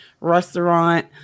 restaurant